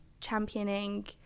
championing